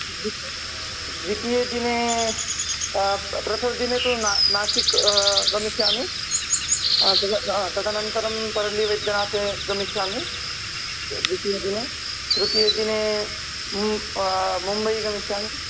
द्वि द्वितीयदिने प्रथमदिने तु ना नाशिक् गमिष्यामि तद हा तदनन्तरं पर्लिवैद्यनाथे गमिष्यामि द् द्वितीयदिने तृतीयदिने मु मुम्बै गमिष्यामि